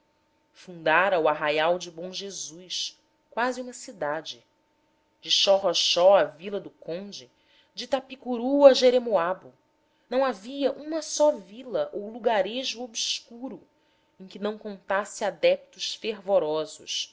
fundara o arraial de bom jesus quase uma cidade de xorroxó à vila do conde de itapicuru a jeremioabo não havia uma só vila ou lugarejo obscuro em que não contasse adeptos fervorosos